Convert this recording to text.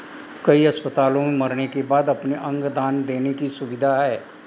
कई अस्पतालों में मरने के बाद अपने अंग दान देने की सुविधा है